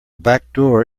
backdoor